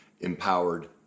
empowered